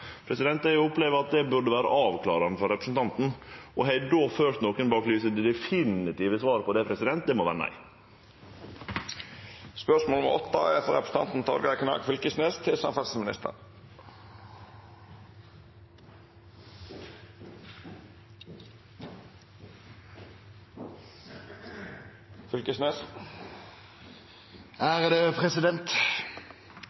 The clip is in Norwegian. Eg opplever at det burde vere avklarande for representanten. Har eg då ført nokon bak lyset? Det definitive svaret på det må vere